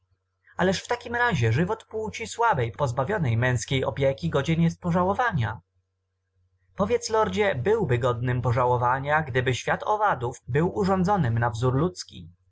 ależ w takim razie żywot płci słabej pozbawionej męzkiej opieki godzien jest pożałowania powiedz lordzie byłby godnym pożałowania gdyby świat owadów był urządzonym na wzór ludzki